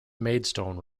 maidstone